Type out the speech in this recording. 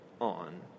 on